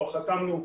כבר חתמנו,